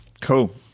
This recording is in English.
Cool